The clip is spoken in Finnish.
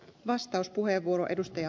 arvoisa puhemies